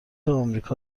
آمریکا